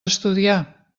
estudiar